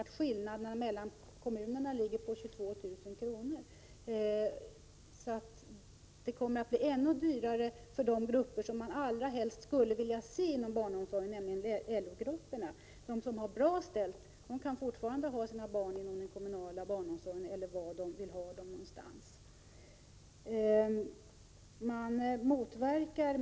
Skillnaden mellan kommunerna ligger på 22 000 kr. Det kommer alltså att bli ännu dyrare för de grupper som man allra helst skulle vilja se inom barnomsorgen, nämligen LO-grupperna. De som har det bra ställt kan fortfarande ha sina barn inom t.ex. den kommunala barnomsorgen.